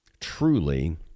Truly